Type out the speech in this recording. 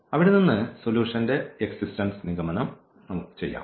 അവിടെ നിന്ന് സൊലൂഷൻറെ എക്സിസ്റ്റൻസ് നിഗമനം ചെയ്യാം